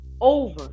over